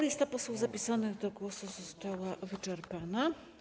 Lista posłów zapisanych do głosu została wyczerpana.